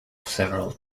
several